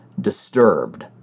Disturbed